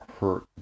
hurt